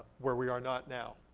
where we are not now.